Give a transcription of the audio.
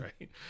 right